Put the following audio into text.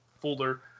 folder